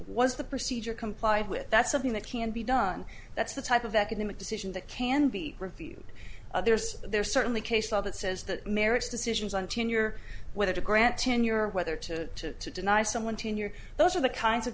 was the procedure complied with that's something that can be done that's the type of economic decision that can be reviewed there's there's certainly case law that says that marriage decisions on tenure whether to grant tenure whether to deny someone ten year those are the kinds of